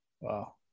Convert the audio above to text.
Wow